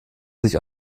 sich